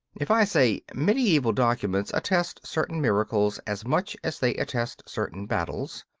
if i say, mediaeval documents attest certain miracles as much as they attest certain battles,